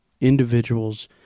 individuals